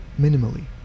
minimally